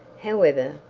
however,